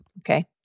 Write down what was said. Okay